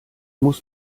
muss